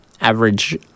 average